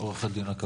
עוה"ד עקביה,